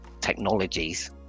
technologies